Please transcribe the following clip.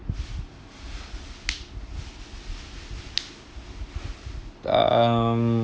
um